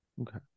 okay